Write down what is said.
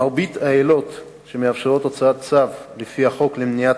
מרבית העילות שמאפשרות הוצאת צו לפי החוק למניעת